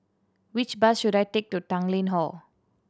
which bus should I take to Tanglin Hall